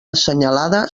assenyalada